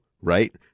right